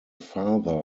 father